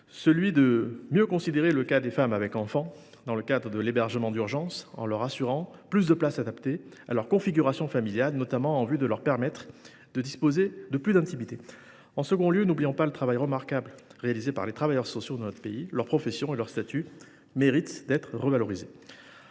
de mieux considérer le cas des femmes avec enfants dans le cadre de l’hébergement d’urgence en assurant à ces dernières davantage de places adaptées à leur configuration familiale, notamment en vue de leur permettre de disposer de plus d’intimité. En second lieu, n’oublions pas le travail remarquable réalisé par les travailleurs sociaux dans notre pays : leur profession et leur statut méritent d’être revalorisés.